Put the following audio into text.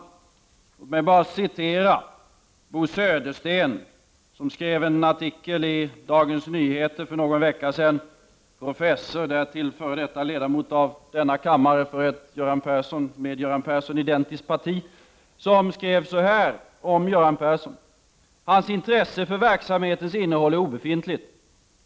Låt mig bara citera Bo Södersten, som skrev en artikel i Dagens Nyheter för någon vecka sedan — professor, därtill f.d. ledamot av denna kammare för ett med Göran Perssons identiskt parti. Han skrev så här om Göran Persson: ”Hans intresse för verksamhetens innehåll är obefintligt.